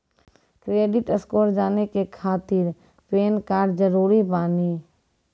Credit score जाने के खातिर पैन कार्ड जरूरी बानी?